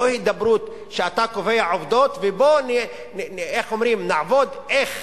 לא הידברות שאתה קובע עובדות ובוא נעבוד איך